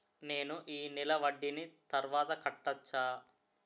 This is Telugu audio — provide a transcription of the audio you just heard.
నేను ఈ నెల వడ్డీని తర్వాత కట్టచా?